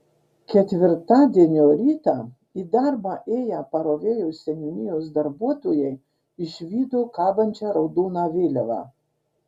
ketvirtadienio rytą į darbą ėję parovėjos seniūnijos darbuotojai išvydo kabančią raudoną vėliavą